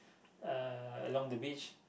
uh along the beach